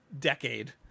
decade